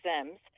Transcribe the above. exams